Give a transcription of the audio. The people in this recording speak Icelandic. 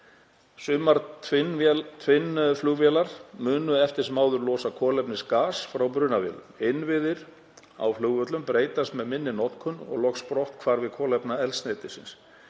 Sumar tvinnflugvélar munu eftir sem áður losa kolefnisgas frá brunavélum. Innviðir á flugvöllum breytast með minni notkun og loks brotthvarfi kolefniseldsneytisins.